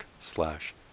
slash